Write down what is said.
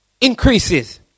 increases